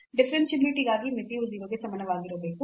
differentiability ಗಾಗಿ ಮಿತಿಯು 0 ಗೆ ಸಮನಾಗಿರಬೇಕು